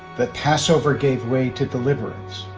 that passover gave way to deliverance